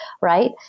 right